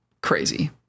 crazy